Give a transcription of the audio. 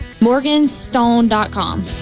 Morganstone.com